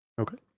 Okay